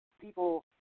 people